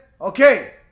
Okay